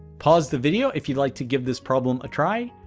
pause the video if you'd like to give this problem a try,